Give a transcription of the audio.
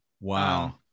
wow